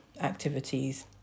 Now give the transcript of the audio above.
activities